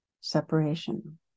separation